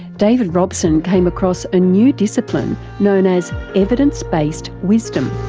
david robson came across a new discipline known as evidence-based wisdom.